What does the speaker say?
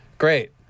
Great